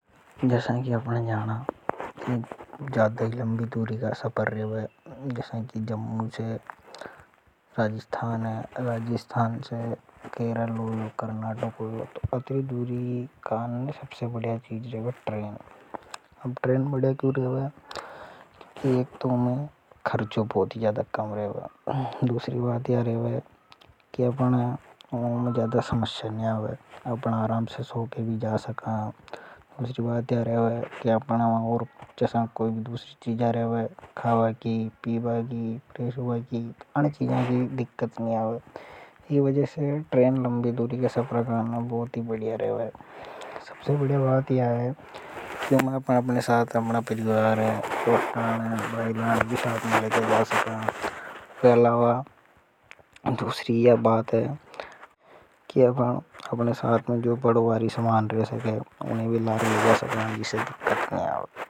आराम से सो कर भी जा सका जैसा कि आपन जाना ज्यादा ही लंभी दूरी का सपर रहे हैं, जैसा कि जम्मू से राजिस्थान है, राजिस्थान से केरल करनाटक है, तो अत्री दूरी का अन्य सबसे बढ़िया चीज रहे हैं, ट्रेन, अब ट्रेन बढ़िया क्यों रहे हैं, कि एक तो मैं खर्चो बहुत ही ज्यादा कम रेवे अमे जाया समस्या नी आवे। रहे हुए कि आपना और चैसा कोई दूसरी चीजा रहे हुए खावा की पीवा की प्रेशुबा की और चीजां की दिक्कत न। आवे यह वजह से ट्रेन लंबी दूरी के सफर करना बहुत ही बढ़िया रहे हुए सबसे बड़ी बात यह है कि मैं अपने साथ। नौसे अपना परिवार है है और अपना बाद भी साथ मिलेगा सबसे पहला हुआ और दूसरी यह बात है कि अब अपने साथ में जो पड़ोबारी समान रह सके उन्हें भी ला रहे हुए सबसे जिसे दिक्कत नहीं आवे। उन्हें भीा सका जिसे दिक्कत नहीं आओ।